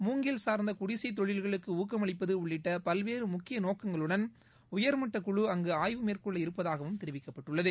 மூங்கில் சார்ந்த குடிசைத் தொழில்களுக்கு ஊக்கமளிப்பது உள்ளிட்ட பல்வேறு முக்கிய நோக்கங்களுடன் உயர்மட்டக் குழு அங்கு ஆய்வு மேற்கொள்ள இருப்பதாகவும் தெரிவிக்கப்பட்டுள்ளது